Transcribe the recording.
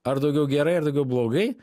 ar daugiau gerai ir daugiau blogai